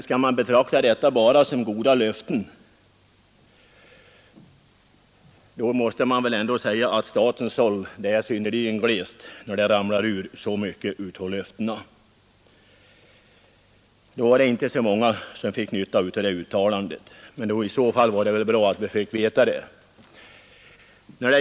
Skall man betrakta sådana utfästelser som till intet förpliktande löften? I så fa!l måste jag säga att statens såll är mycket glest, när så mycket av givna löften faller igenom. Då är det ju inte många som får nytta av de löften som ges — och det var ju bra att vi fick veta det!